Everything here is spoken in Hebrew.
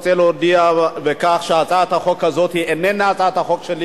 אני רוצה להודיע שהצעת החוק הזאת איננה הצעת חוק שלי